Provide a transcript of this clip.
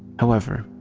however,